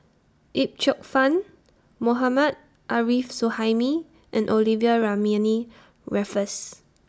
Yip Cheong Fun Mohammad Arif Suhaimi and Olivia Mariamne Raffles